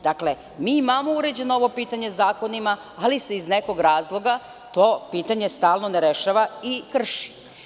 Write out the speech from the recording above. Dakle, mi imamo uređeno ovo pitanje zakonima, ali se iz nekog razloga to pitanje stalno ne rešava i krši.